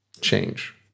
change